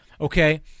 okay